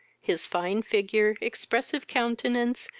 his fine figure, expressive countenance,